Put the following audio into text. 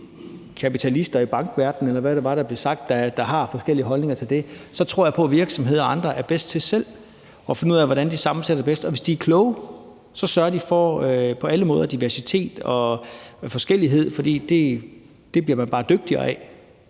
kapitalister i bankverdenen, eller hvad det var, der blev sagt, der har forskellige holdninger til det, tror jeg på, at virksomheder og andre selv er bedst til at finde ud af, hvordan de sammensætter det bedst. Og hvis de er kloge, sørger de for på alle måder at have diversitet og forskellighed, for det bliver man bare dygtigere af,